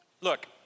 look